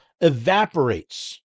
evaporates